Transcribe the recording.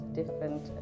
different